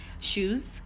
shoes